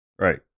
Right